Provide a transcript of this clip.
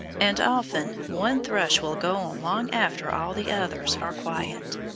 and often one thrush will go on long after all the others are quiet.